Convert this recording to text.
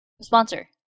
sponsor